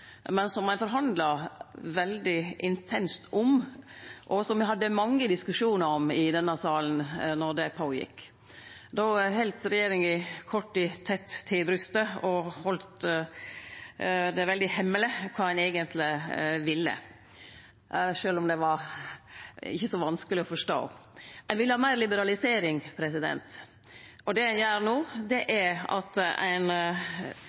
men som ein forhandla veldig intenst om, og som me hadde mange diskusjonar om i denne salen då det skjedde. Då heldt regjeringa korta tett til brystet og heldt det veldig hemmeleg kva ein eigentleg ville, sjølv om det ikkje var så vanskeleg å forstå: Ein ville ha meir liberalisering. Det ein gjer no, er at ein